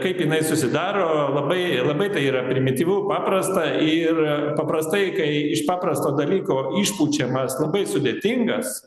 kaip jinai susidaro labai labai tai yra primityvu paprasta ir paprastai kai iš paprasto dalyko išpučiamas labai sudėtingas